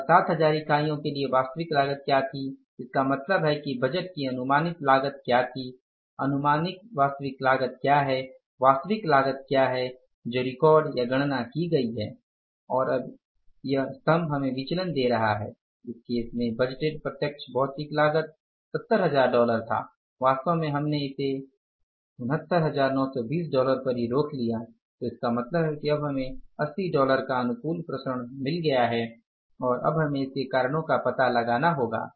अब 7000 इकाइयों के लिए वास्तविक लागत क्या थी इसका मतलब है कि बजट की अनुमानित लागत क्या थी अनुमानित वास्तविक लागत क्या है वास्तविक लागत क्या है जो रिकॉर्ड या गणना की गई है और अब यह स्तम्भ हमें विचलन दे रहा है इस केस में बजटेड प्रत्यक्ष भौतिक लागत 70000 डॉलर था वास्तव में हमने इसे 69920 डॉलर पर ही रोक लिया तो इसका मतलब है कि अब हमें 80 डॉलर का अनुकूल विचरण मिल गए है और अब हमें इसके कारणों का पता लगाना होगा